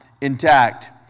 intact